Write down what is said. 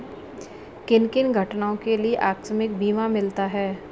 किन किन घटनाओं के लिए आकस्मिक बीमा मिलता है?